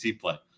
play